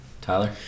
Tyler